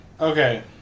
Okay